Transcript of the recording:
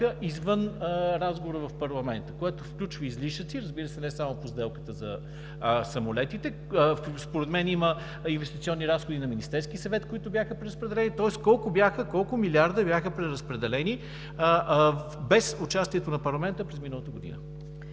извън разговора в парламента, което включва излишъци, разбира се, не само по сделката за самолетите? Според мен има инвестиционни разходи на Министерския съвет, които бяха преразпределени. Тоест колко милиарда бяха преразпределени без участието на парламента през миналата година?